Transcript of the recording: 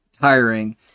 tiring